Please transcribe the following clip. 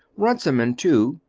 runciman, too,